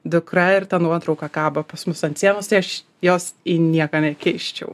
dukra ir ta nuotrauka kaba pas mus ant sienos tai aš jos į nieką nekeisčiau